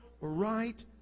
right